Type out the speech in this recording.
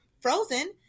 frozen